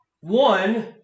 One